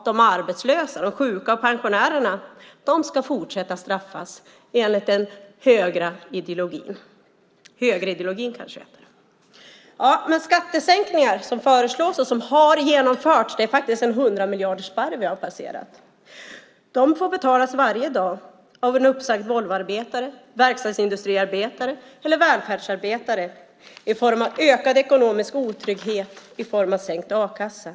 De arbetslösa, de sjuka och pensionärerna ska fortsatt straffas, enligt högerideologin. Skattesänkningar som föreslås och som har genomförts - det är en 100-miljardersspärr vi har passerat - får betalas varje dag av en uppsagd Volvoarbetare, verkstadsindustriarbetare eller välfärdsarbetare i form av ökad ekonomisk otrygghet och i form av sänkt a-kassa.